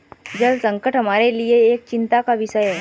जल संकट हमारे लिए एक चिंता का विषय है